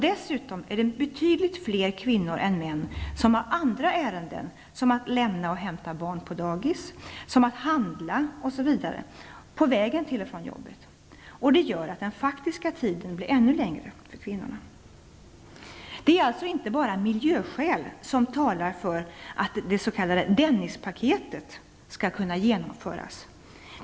Dessutom är det betydligt fler kvinnor än män som har andra ärenden, som att lämna och hämta barn på dagis, handla osv.,på vägen till och från jobbet. Det innebär att den faktiska tiden för kvinnorna blir ännu längre. Det är alltså inte bara miljöskäl som talar för att det s.k. Dennispaketet skall genomföras.